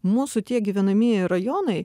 mūsų tie gyvenamieji rajonai